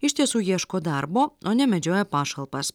iš tiesų ieško darbo o ne medžioja pašalpas